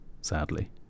sadly